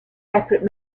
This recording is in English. separate